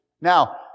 Now